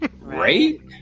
Right